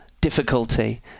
difficulty